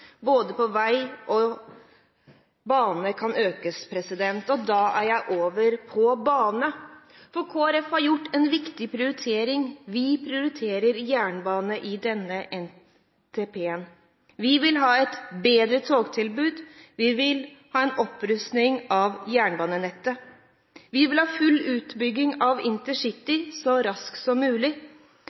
både vei og bane kan økes. Da er jeg over på bane: Kristelig Folkeparti har gjort en viktig prioritering: Vi prioriterer jernbane i denne NTP-en. Vi vil ha et bedre togtilbud og en opprustning av jernbanenettet. Vi vil ha full utbygging av InterCity så raskt som mulig.